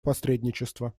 посредничества